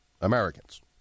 Americans